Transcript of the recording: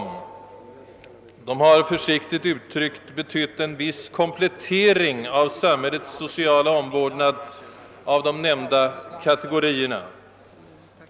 De har försiktigt uttryckt betytt en viss komplettering av samhällets sociala omvårdnad av de nämnda kategorierna.